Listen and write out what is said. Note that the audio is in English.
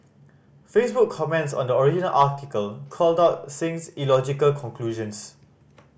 Facebook comments on the original article called out Singh's illogical conclusions